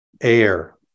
air